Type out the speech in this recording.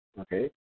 Okay